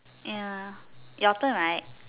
ya your turn right